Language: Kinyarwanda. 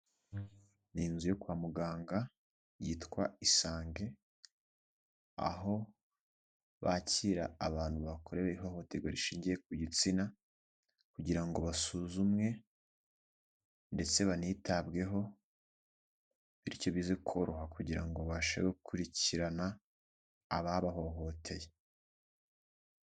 N i inzu yo kwa muganga yitwa isange, aho bakira abantu bakorewe ihohoterwa rishingiye ku gitsina, kugira ngo basuzumwe ndetse banitabweho bityo bize koroha kugira ngo babashe gukurikirana ababahohoteye.